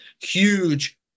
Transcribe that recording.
huge